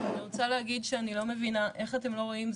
אני לא מבינה איך אתם לא רואים,